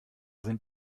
sind